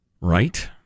Right